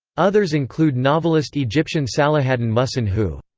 others include novelist egyptian salahaddin muhsin who.